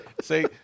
Say